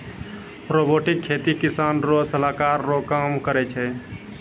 robotic खेती किसान रो सलाहकार रो काम करै छै